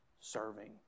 serving